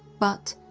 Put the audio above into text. but,